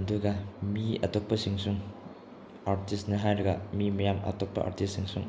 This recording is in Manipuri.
ꯑꯗꯨꯒ ꯃꯤ ꯑꯇꯣꯞꯄꯁꯤꯡꯁꯨ ꯑꯥꯔꯇꯤꯁꯅꯦ ꯍꯥꯏꯔꯒ ꯃꯤ ꯃꯌꯥꯝ ꯑꯇꯣꯞꯄ ꯑꯥꯔꯇꯤꯁꯁꯤꯡꯁꯨ